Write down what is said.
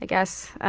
ah guess.